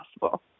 possible